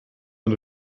ein